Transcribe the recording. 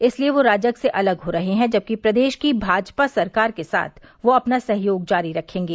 इसलिए वह राजग से अलग हो रहे हैं जबकि प्रदेश की भाजपा सरकार के साथ वह अपना सहयोग जारी रखेंगे